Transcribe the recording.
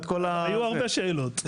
היו הרבה שאלות.